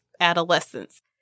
adolescence